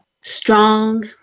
strong